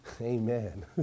Amen